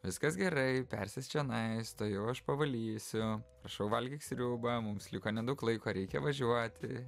viskas gerai persėsk čionais tuojau aš pavalysiu prašau valgyk sriubą mums liko nedaug laiko reikia važiuoti